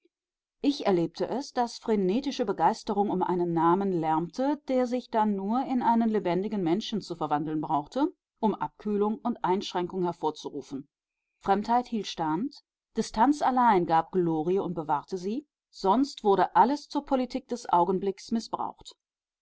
ich erlebte es daß frenetische begeisterung um einen namen lärmte der sich dann nur in einen lebendigen menschen zu verwandeln brauchte um abkühlung und einschränkung hervorzurufen fremdheit hielt stand distanz allein gab glorie und bewahrte sie sonst wurde alles zur politik des augenblicks mißbraucht